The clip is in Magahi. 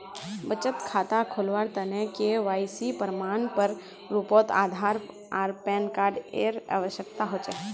बचत खता खोलावार तने के.वाइ.सी प्रमाण एर रूपोत आधार आर पैन कार्ड एर आवश्यकता होचे